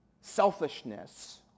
selfishness